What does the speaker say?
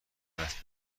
است